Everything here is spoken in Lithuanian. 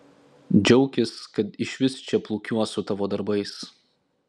džiaukis kad išvis čia plūkiuos su tavo darbais